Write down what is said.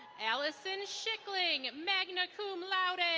alison shickling, magna cum laude. and